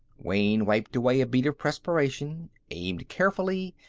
wayne wiped away a bead of perspiration, aimed carefully,